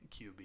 QB